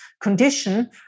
condition